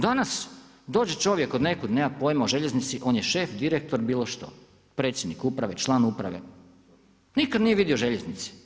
Danas dođe čovjek od nekud, nema pojma o željeznici, on je šef, direktor, bilo što, predsjednik uprave, član uprave, nikad nije vidio željeznice.